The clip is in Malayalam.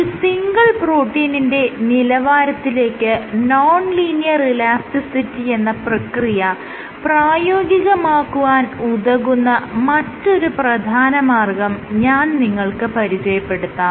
ഒരു സിംഗിൾ പ്രോട്ടീനിന്റെ നിലവാരത്തിലേക്ക് നോൺ ലീനിയർ ഇലാസ്റ്റിസിറ്റി എന്ന പ്രക്രിയ പ്രയോഗികമാക്കുവാൻ ഉതകുന്ന മറ്റൊരു പ്രധാന മാർഗ്ഗം ഞാൻ നിങ്ങൾക്ക് പരിചയപ്പെടുത്താം